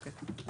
אוקיי.